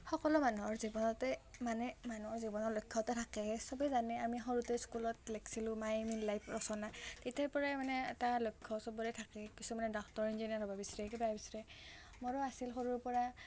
সকলো মানুহৰ জীৱনতে মানে মানুহৰ জীৱনৰ লক্ষ্য এটা থাকে সবে জানে আমি সৰুতে স্কুলত লিখিছিলো মাই এইম ইন লাইফ ৰচনা তেতিয়াৰ পৰাই মানে এটা লক্ষ্য সবৰে থাকে কিছুমানে ডাক্তৰ ইঞ্জিনিয়াৰ হ'ব বিচাৰে কিবা বিচাৰে মোৰো আছিল সৰুৰ পৰা